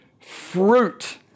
fruit